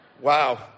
Wow